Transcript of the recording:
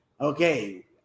okay